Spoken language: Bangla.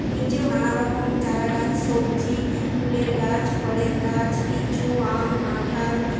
নিচেও নানারকম চারাগাছ সবজি ফুলের গাছ ফলের গাছ লিচু আম কাঁঠাল